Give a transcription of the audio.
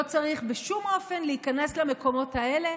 לא צריך בשום אופן להיכנס למקומות האלה.